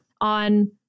on